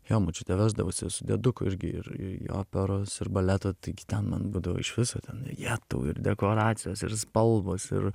jo močiutė vesdavosi su dieduku irgi ir į operos ir baleto taigi ten man būdavo iš viso ten ją ir dekoracijos ir spalvos ir